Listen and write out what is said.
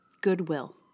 goodwill